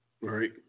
Right